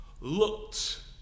looked